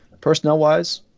personnel-wise